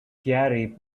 gary